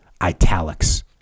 italics